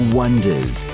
wonders